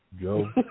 Joe